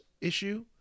issue